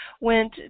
went